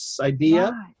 idea